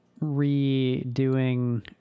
redoing